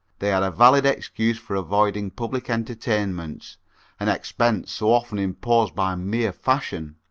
they had a valid excuse for avoiding public entertainments an expense so often imposed by mere fashion.